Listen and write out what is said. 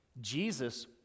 Jesus